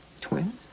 Twins